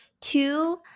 Two